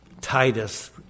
Titus